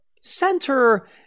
center